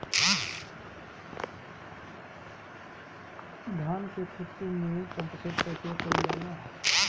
धान के ख़हेते में पम्पसेट का उपयोग कइल जाला?